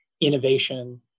innovation